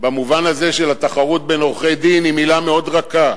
במובן הזה של התחרות בין עורכי-הדין היא מלה מאוד רכה.